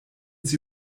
sie